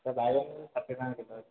sir ବାଇଗଣ ଷାଠିଏ ଟଙ୍କା କିଲୋ ଅଛି